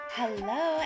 hello